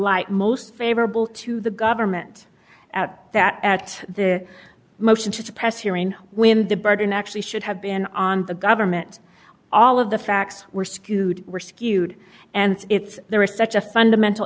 light most favorable to the government at that at the motion to suppress hearing when the burden actually should have been on the government all of the facts were skewed were skewed and it's there is such a fundamental